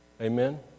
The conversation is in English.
Amen